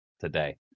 today